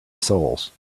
souls